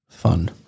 Fun